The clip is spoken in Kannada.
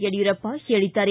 ಯಡಿಯೂರಪ್ಪ ಹೇಳಿದ್ದಾರೆ